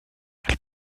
elle